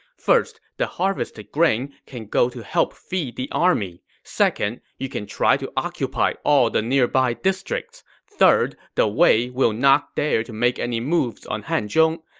first, the harvested grain can go to help feed the army. second, you can try to occupy all the nearby districts. third, the wei will not dare to make any moves on hanzhong.